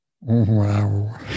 Wow